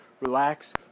relax